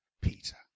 Peter